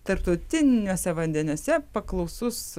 tarptautiniuose vandenyse paklausus